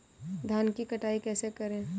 धान की कटाई कैसे करें?